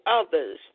others